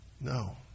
No